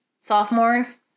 Sophomores